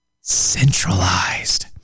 centralized